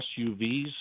SUVs